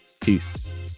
peace